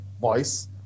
voice